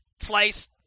Slice